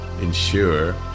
ensure